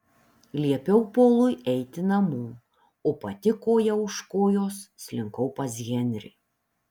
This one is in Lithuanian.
liepiau polui eiti namo o pati koja už kojos slinkau pas henrį